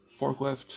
forklift